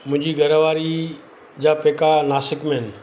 मुंहिंजी घर वारी जा पेका नासिक में आहिनि